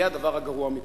יהיה הדבר הגרוע מכול.